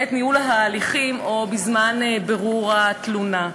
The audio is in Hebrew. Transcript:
בעת ניהול ההליכים או בזמן בירור התלונה.